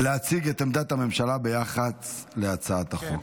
להציג את עמדת הממשלה ביחס להצעת החוק.